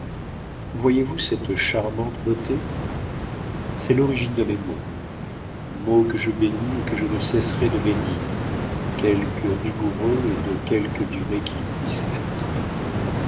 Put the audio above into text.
voyez-vous cette charmante beauté c'est l'origine de mes maux maux que je bénis et que je ne cesserai de bénir quelque rigoureux et de quelque durée qu'ils puissent être